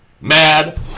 mad